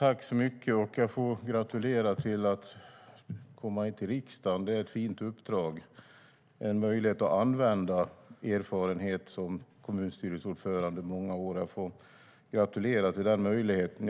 Herr talman! Jag får gratulera Stig Henriksson till att ha kommit hit till riksdagen. Det är ett fint uppdrag, och det ger en möjlighet att använda den erfarenhet man har som kommunstyrelseordförande i många år. Jag får gratulera till den möjligheten.